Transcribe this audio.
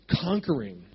Conquering